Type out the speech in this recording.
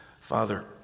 Father